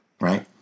right